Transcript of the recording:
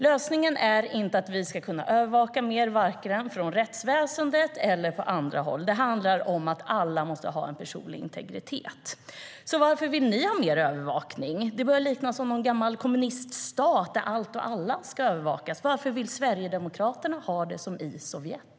Lösningen är inte mer övervakning vare sig från rättsväsendets sida eller på andra håll. Det handlar om att alla måste få värna sin personliga integritet. Varför vill ni ha mer övervakning? Det börjar likna en gammal kommuniststat där allt och alla ska övervakas. Varför vill Sverigedemokraterna ha det som i Sovjet?